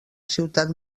ciutat